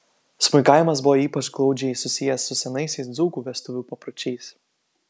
smuikavimas buvo ypač glaudžiai susijęs su senaisiais dzūkų vestuvių papročiais